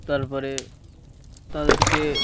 তার পরে তাদেরকে